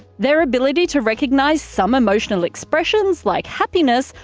their ability to recognize some emotional expressions, like happiness,